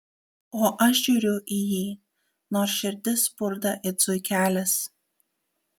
o aš žiūriu į jį nors širdis spurda it zuikelis